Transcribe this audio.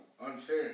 unfair